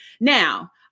Now